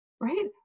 right